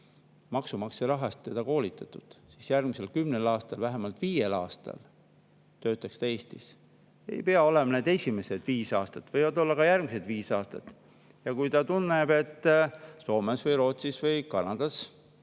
maksumaksja raha eest teda koolitatud, siis järgmisel kümnel aastal, vähemalt viiel aastal töötaks ta Eestis? Need ei pea olema esimesed viis aastat, võivad olla ka järgmised viis aastat. Ja kui ta tunneb, et Soomes või Rootsis või Kanadas